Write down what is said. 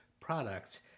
products